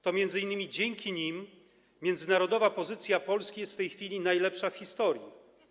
To m.in. dzięki nim międzynarodowa pozycja Polski jest w tej chwili najlepsza w historii.